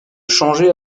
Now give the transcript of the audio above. changer